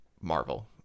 marvel